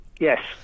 Yes